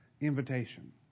invitation